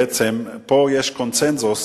פה יש קונסנזוס,